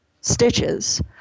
stitches